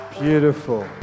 Beautiful